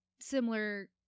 similar